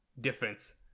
difference